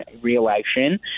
reelection